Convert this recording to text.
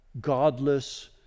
godless